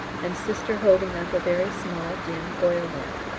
and sister holding up a very small dim oil-lamp.